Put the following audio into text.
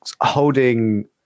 Holding